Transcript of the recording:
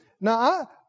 Now